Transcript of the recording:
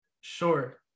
Sure